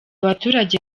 abaturage